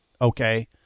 Okay